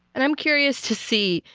and i'm curious to see,